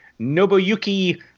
Nobuyuki